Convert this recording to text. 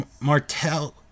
Martell